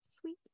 sweet